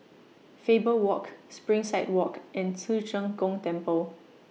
Faber Walk Springside Walk and Ci Zheng Gong Temple